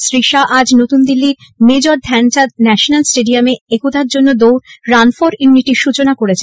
শ্রী শাহ্ আজ নতুন দিল্লির মেজর ধ্যানচাঁদ ন্যাশনাল স্টেডিয়ামে একতার জন্য দৌড়ে রান ফর ইউনিটি র সূচনা করেছেন